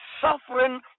suffering